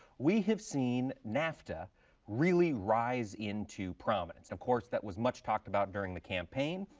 we have seen nafta really rise into prominence. of course that was much talked about during the campaign.